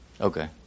okay